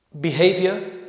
behavior